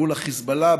מול החיזבאללה,